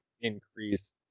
increase